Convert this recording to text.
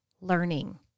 learning